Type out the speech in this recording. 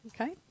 Okay